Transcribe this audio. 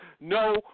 No